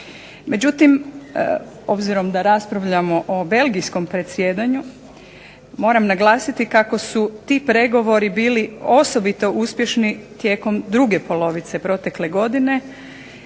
Međutim, obzirom da raspravljamo o belgijskom predsjedanju moram naglasiti kako su ti pregovori bili osobito uspješni tijekom druge polovice protekle godine